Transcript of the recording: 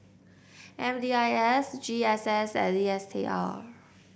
M D I S G S S and D S T A